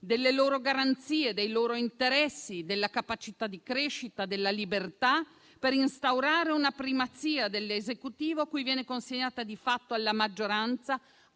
delle loro garanzie, dei loro interessi, della capacità di crescita, della libertà, per instaurare una primazia dell'Esecutivo, a cui viene consegnata di fatto, e alla maggioranza,